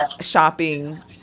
shopping